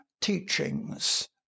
teachings